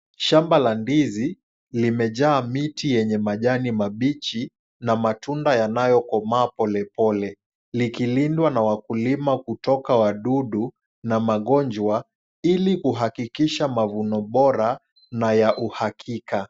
Shamba la ndizi, limejaa miti yenye majani mabichi na matunda yanayokomaa polepole, likilindwa na wakulima kutokana na wadudu na magonjwa, ili kuhakikisha mavuno bora na ya uhakika.